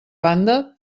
banda